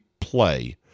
play